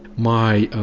my